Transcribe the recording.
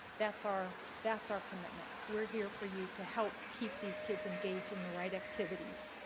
that's our that's our commitment. we're here for you to help keep these kids engaged in the right activities.